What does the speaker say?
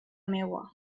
meua